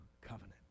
covenant